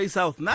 South